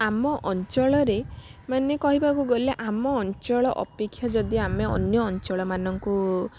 ଆମ ଅଞ୍ଚଳରେ ମାନେ କହିବାକୁ ଗଲେ ଆମ ଅଞ୍ଚଳ ଅପେକ୍ଷା ଯଦି ଆମେ ଅନ୍ୟ ଅଞ୍ଚଳମାନଙ୍କୁ